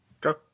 Go